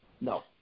No